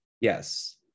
Yes